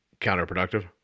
counterproductive